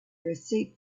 receipt